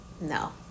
no